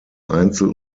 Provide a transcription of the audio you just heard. einzel